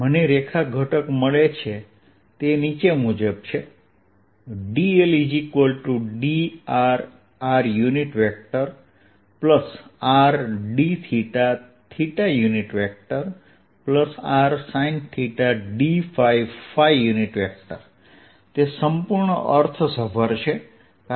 મને રેખા ઘટક મળે છે તે નીચે મુજબ છે dldrrrdθrsinθdϕ તે સંપૂર્ણ અર્થસભર છે